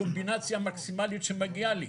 הקומבינציה המקסימלית שמגיעה לי.